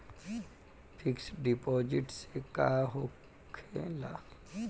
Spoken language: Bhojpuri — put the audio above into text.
फिक्स डिपाँजिट से का होखे ला?